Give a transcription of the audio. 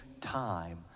time